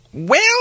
Well